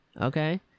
Okay